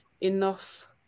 enough